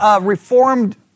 Reformed